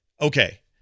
Okay